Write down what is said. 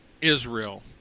Israel